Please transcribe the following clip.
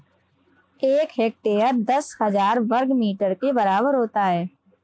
एक हेक्टेयर दस हज़ार वर्ग मीटर के बराबर होता है